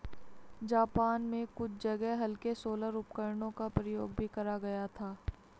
Japan में कुछ जगह हल्के सोलर उपकरणों का प्रयोग भी करा गया था